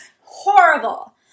horrible